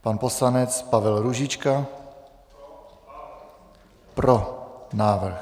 Pan poslanec Pavel Růžička: Pro návrh.